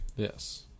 Yes